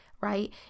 right